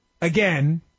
Again